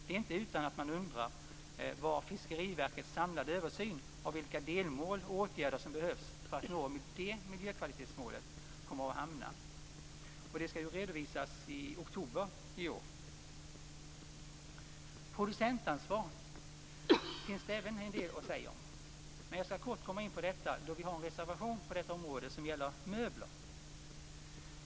Det är inte utan att man undrar var Fiskeriverkets samlade översyn av vilka delmål och åtgärder som behövs för att nå det här miljökvalitetsmålet kommer att hamna. Det skall redovisas i oktober i år. Det finns en hel del att säga även om producentansvar. Jag skall kort gå in på detta i samband med en reservation på det området som gäller bl.a. möbler.